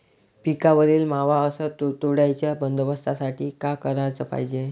पिकावरील मावा अस तुडतुड्याइच्या बंदोबस्तासाठी का कराच पायजे?